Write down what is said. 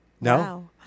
no